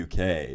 UK